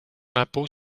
l’impôt